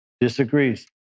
disagrees